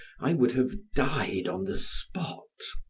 i would have died on the spot.